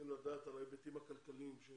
לדעת על ההיבטים הכלכליים של